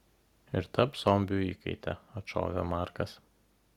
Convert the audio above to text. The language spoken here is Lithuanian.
ir taps zombių įkaite atšovė markas